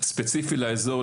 ספציפי לאזור,